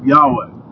Yahweh